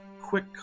quick